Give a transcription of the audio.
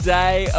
day